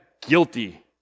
guilty